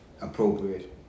appropriate